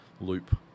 loop